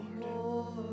Lord